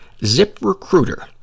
ZipRecruiter